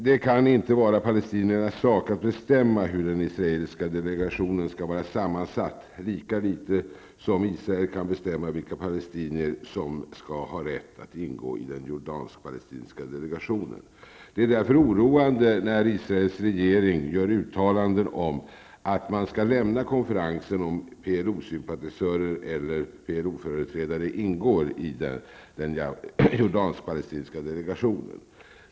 Det kan inte vara palestiniernas sak att bestämma hur den israeliska delegationen skall vara sammansatt, lika litet som Israel kan bestämma vilka palestinier som skall ha rätt att ingå i den jordansk-palestinska delegationen. Det är därför oroande att Israels regering gör uttalanden om att man skall lämna konferensen om PLO sympatisörer eller PLO-företrädare ingår i den jordansk-palestinska delegationen.